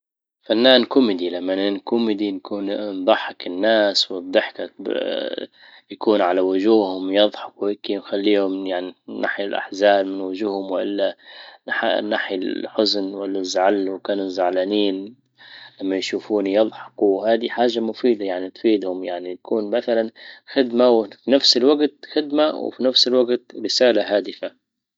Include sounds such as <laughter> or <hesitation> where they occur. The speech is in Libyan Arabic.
فنان كوميدي لما انا نكون كوميدي نكون نضحك الناس والضحكة <hesitation> يكون على وجوههم يضحك هيكى ويخليهم يعني ننحى الاحزان من وجوههم والا نحجج ننحى الحزن والا الزعل لوكانوا زعلانين لما يشوفوني يضحكوا. وهادي حاجة مفيدة يعني يعني تكون مثلا خدمة وفي نفس الوقت خدمة وفي نفس الوقت رسالة هادفة.